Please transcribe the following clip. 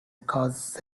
cause